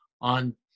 on